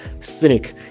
cynic